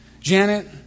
Janet